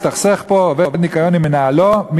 הסתכסך פה עובד ניקיון עם מנהלו,